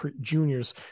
juniors